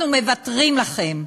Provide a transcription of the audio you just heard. אנחנו מוותרים לכם.